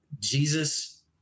Jesus